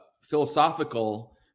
philosophical